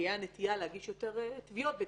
תהיה נטייה להגיש יותר תביעות.